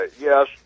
Yes